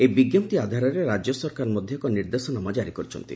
ଏହି ବିଙ୍କପ୍ତି ଆଧାରରେ ରାଜ୍ୟ ସରକାର ମଧ ଏକ ନିର୍ଦ୍ଦେଶାନାମା ଜାରି କରିଛନ୍ତି